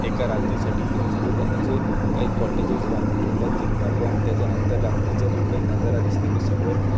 एका रात्रीसाठी त्याच्यासाठी त्यांनी जे काही कॉटेजेस बांधून ठेवले तिथनं पण त्याच्यानंतर रात्रीचा जो काही नजारा दिसते की समोर